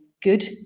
good